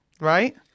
Right